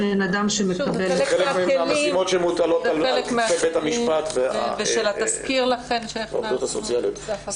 זה חלק מהמשימות שמוטלות על גופי בית המשפט והעובדות הסוציאליות.